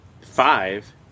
five